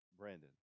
brandon